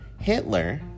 Hitler